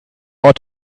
ought